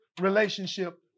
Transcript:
relationship